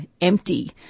empty